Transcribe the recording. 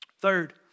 Third